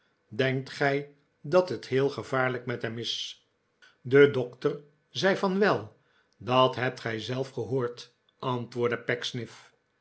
denkt gij dat het heel gevaarlijk met hem is de dokter zei van wel dat hebt gij zelf gehoord antwoordde